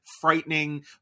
frightening